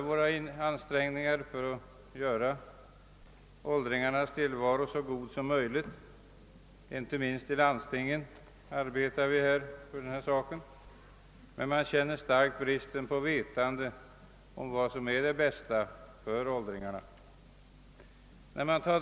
Vi anstränger oss för att göra åldringarnas tillvaro så god som möjligt, och inte minst i landstingen arbetas härför, men man känner starkt bristen på vetande om vad som är det bästa för åldringarna.